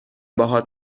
باهات